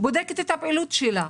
בודקת את הפעילות שלה,